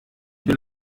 bin